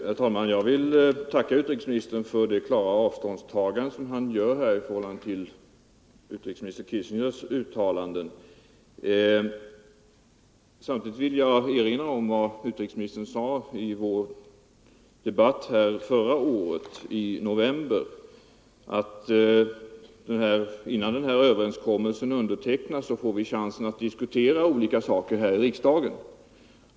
Herr talman! Jag vill tacka utrikesministern för hans klara avståndstagande från utrikesminister Kissingers uttalande. Samtidigt vill jag erinra om vad utrikesministern sade i vår debatt i november förra året att innan överenskommelsen träffas får vi tillfälle att diskutera olika saker i riksdagen.